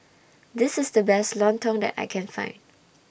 This IS The Best Lontong that I Can Find